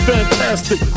Fantastic